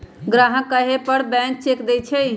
ग्राहक के कहे पर बैंक चेक देई छई